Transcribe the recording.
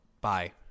Bye